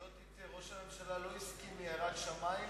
שלא תטעה: ראש הממשלה לא הסכים מיראת שמים,